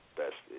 best